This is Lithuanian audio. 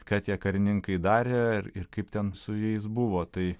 ką tie karininkai darė ir ir kaip ten su jais buvo tai